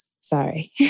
Sorry